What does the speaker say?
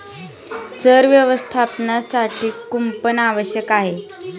चर व्यवस्थापनासाठी कुंपण आवश्यक आहे